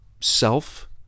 self